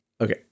okay